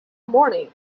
morning